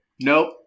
Nope